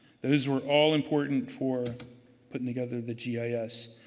those were all important for putting together the gis.